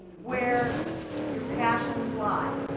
where you are passions lie.